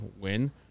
win